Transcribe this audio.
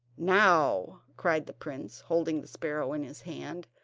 now, cried the prince, holding the sparrow in his hand,